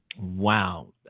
wow